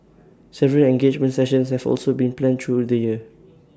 several engagement sessions have also been planned through the year